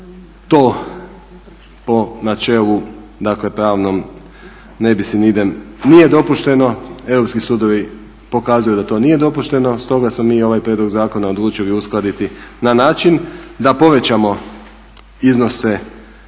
To po načelu dakle pravnom ne bis in idem nije dopušteno, europski sudovi pokazuju da to nije dopušteno, stoga smo mi ovaj prijedlog zakona odlučili uskladiti na način da povećamo iznose za